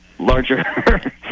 Larger